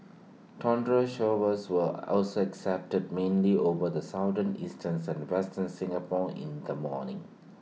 thundery showers were also excepted mainly over the southern eastern is and western Singapore in the morning